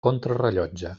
contrarellotge